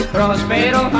Prospero